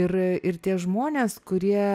ir ir tie žmonės kurie